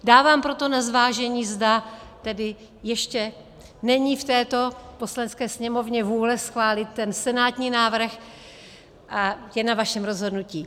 Dávám proto na zvážení, zda tedy ještě není v této Poslanecké sněmovně vůle schválit senátní návrh, a je to na vašem rozhodnutí.